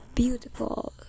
beautiful